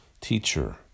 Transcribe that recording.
Teacher